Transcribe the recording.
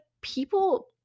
people